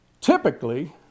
Typically